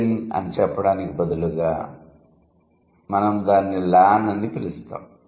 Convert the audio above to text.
ఎన్ అని చెప్పడానికి బదులుగా మేము దానిని లాన్ అని పిలుస్తాము